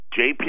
JP